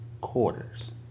quarters